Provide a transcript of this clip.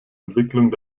entwicklung